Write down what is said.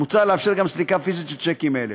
מוצע לאפשר גם סליקה פיזית של שיקים אלה.